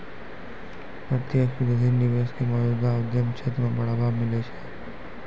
प्रत्यक्ष विदेशी निवेश क मौजूदा उद्यम क्षेत्र म बढ़ावा मिलै छै